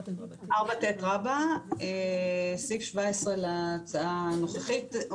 4ט רבא, סעיף 17 להצעה הנוכחית.